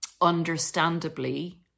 understandably